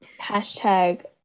Hashtag